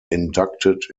inducted